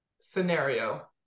scenario